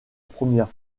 première